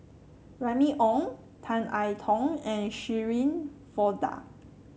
Remy Ong Tan I Tong and Shirin Fozdar